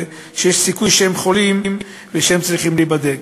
שיש סיכוי שהם חולים ושהם צריכים להיבדק.